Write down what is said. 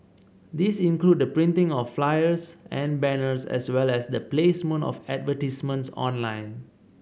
these include the printing of flyers and banners as well as the placement of advertisements online